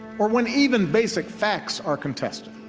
or when even basic facts are contested.